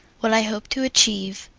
what i hope to achieve.